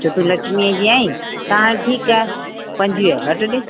छो तू लक्ष्मीअ जी आई त हल ठीकु आहे पंजवीह घटि ॾिए